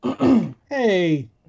Hey